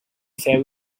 feu